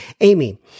Amy